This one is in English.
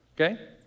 Okay